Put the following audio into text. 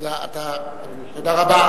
תודה רבה.